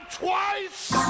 Twice